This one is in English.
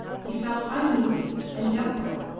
he felt uneasy and doubtful.